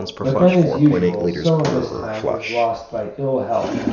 but then as usual some of this time was lost by ill health,